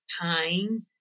time